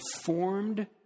formed